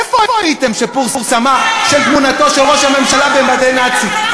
איפה הייתם כשפורסמה תמונתו של ראש הממשלה במדי נאצים,